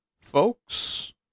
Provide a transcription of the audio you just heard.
Folks